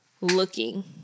looking